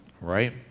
right